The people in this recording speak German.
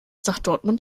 dortmund